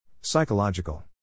Psychological